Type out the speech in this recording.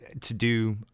to-do